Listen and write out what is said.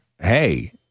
hey